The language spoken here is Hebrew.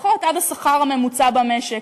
לפחות עד השכר הממוצע במשק.